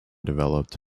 developed